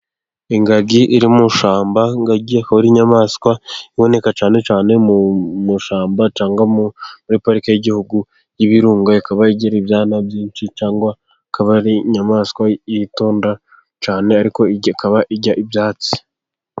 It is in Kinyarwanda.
Ingagi iri mu ishyamba, ingagi ikaba ari inyamaswa iboneka cyane cyane mu mashyamba cyangwa muri parike y'igihugu y'Ibirunga. ikaba igira ibyana byinshi cyane, akaba ari inyamaswa yitonda cyane, ariko ikaba irya ibyatsi.